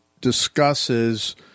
discusses